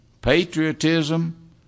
patriotism